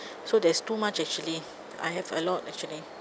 so there's too much actually I have a lot actually